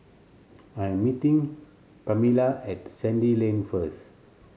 I am meeting Kamilah at Sandy Lane first